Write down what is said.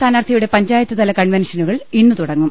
സ്ഥാനാർഥിയുടെ പഞ്ചായത്ത്തല കൺവെൻഷനുകൾ ഇന്ന് തുടങ്ങും